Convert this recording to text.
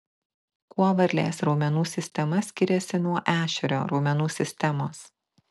kuo varlės raumenų sistema skiriasi nuo ešerio raumenų sistemos